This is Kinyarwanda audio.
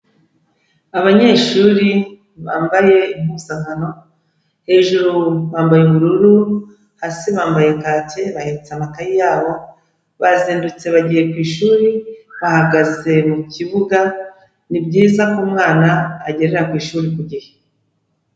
Abanyeshuri bambaye impuzankano hejuru bambaye uburururu, hasi bambaye kake bahetse amakaye yabo, bazindutse bagiye ku ishuri bahagaze mu kibuga, ni byiza ko umwana agerara ku ishuri ku gihe.